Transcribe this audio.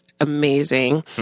amazing